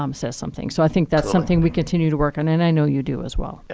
um says something. so i think that's something we continue to work on. and i know you do as well. yeah